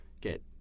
get